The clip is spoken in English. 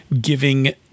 giving